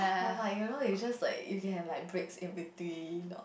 or like you know you just like you can have like breaks in between